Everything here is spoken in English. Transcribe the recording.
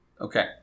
Okay